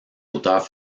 auteurs